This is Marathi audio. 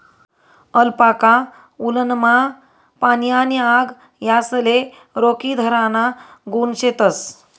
अलपाका वुलनमा पाणी आणि आग यासले रोखीधराना गुण शेतस